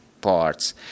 parts